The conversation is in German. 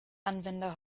anwender